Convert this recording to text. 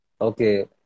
Okay